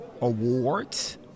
awards